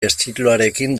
estiloarekin